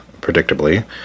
predictably